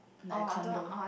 like a condo